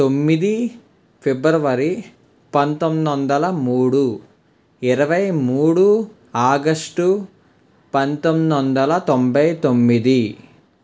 తొమ్మిది ఫిబ్రవరి పంతొమ్మిది వందల మూడు ఇరవై మూడు ఆగస్టు పంతొమ్మిది వందల తొంభై తొమ్మిది